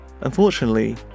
Unfortunately